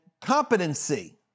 competency